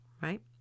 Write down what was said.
right